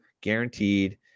guaranteed